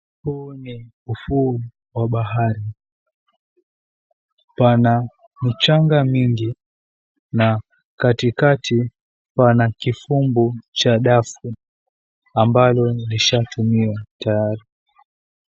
Huu ni ufuo wa bahari. Pana michanga mingi na katikati pana kifumbu cha dafu ambalo lishatumiwa tayari.